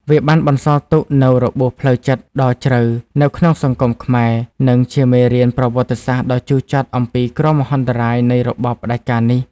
វាបានបន្សល់ទុកនូវរបួសផ្លូវចិត្តដ៏ជ្រៅនៅក្នុងសង្គមខ្មែរ និងជាមេរៀនប្រវត្តិសាស្ត្រដ៏ជូរចត់អំពីគ្រោះមហន្តរាយនៃរបបផ្តាច់ការនេះ។